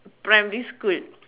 primary school